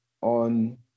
on